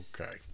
Okay